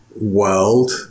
world